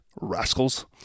rascals